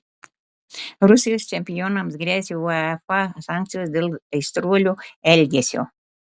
rusijos čempionams gresia uefa sankcijos dėl aistruolių elgesio